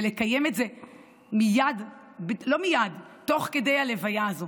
ולקיים את זה מייד, לא מייד, תוך כדי הלוויה הזו.